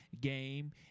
game